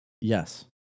Yes